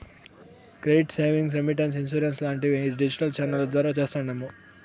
credit savings, remittance, insurance లాంటివి digital ఛానెల్ల ద్వారా చేస్తాండాము